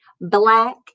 Black